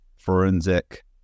forensic